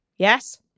Yes